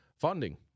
funding